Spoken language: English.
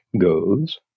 goes